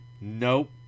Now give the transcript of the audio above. nope